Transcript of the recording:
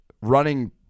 running